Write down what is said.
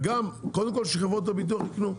וגם קודם כל שחברות הביטוח ייקנו.